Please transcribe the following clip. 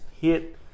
hit